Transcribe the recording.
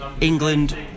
England